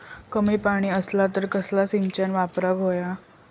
कमी पाणी असला तर कसला सिंचन वापराक होया?